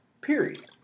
Period